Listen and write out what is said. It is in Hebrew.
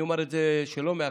אני אומר את זה שלא מההקראה,